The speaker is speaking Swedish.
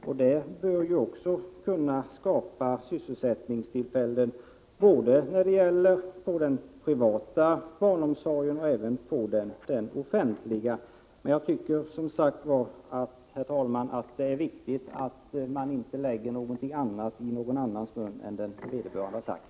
Både den privata och den offentliga barnomsorgen bör också kunna skapa sysselsättningstillfällen. Jag tycker som sagt, herr talman, att det är viktigt att man inte lägger någonting annat i någon annans mun än vad vederbörande har sagt.